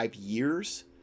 years